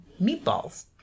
Meatballs